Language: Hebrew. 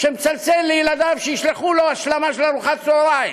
מצלצל לילדיו שישלחו לו השלמה של ארוחת צהריים.